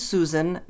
Susan